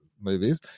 movies